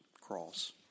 cross